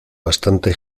bastante